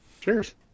Cheers